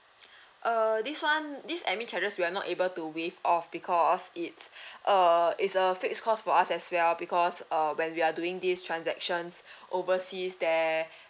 uh this one this admin charges we are not able to waive off because it's a it's a fixed cost for us as well because uh when we are doing these transactions overseas there